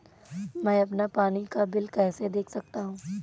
मैं अपना पानी का बिल कैसे देख सकता हूँ?